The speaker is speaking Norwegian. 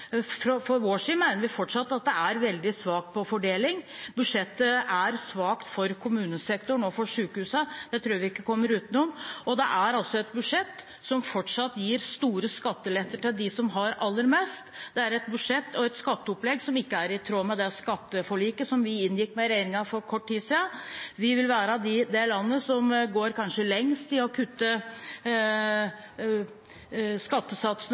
vår side mener vi fortsatt at det er veldig svakt når det gjelder fordeling. Budsjettet er svakt for kommunesektoren og for sykehusene, det tror jeg ikke vi kommer utenom. Det er altså et budsjett som fortsatt gir store skatteletter til dem som har aller mest, det er et budsjett og et skatteopplegg som ikke er i tråd med det skatteforliket som vi inngikk med regjeringen for kort tid siden. Vi vil være det landet som kanskje går lengst i å kutte skattesatsene